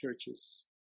churches